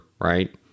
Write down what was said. right